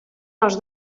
els